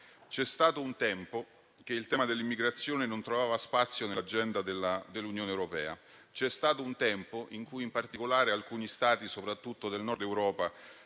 C'è stato un tempo in cui il tema dell'immigrazione non trovava spazio nell'agenda dell'Unione europea. C'è stato un tempo in cui alcuni Stati, soprattutto del Nord Europa,